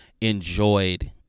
enjoyed